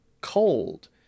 cold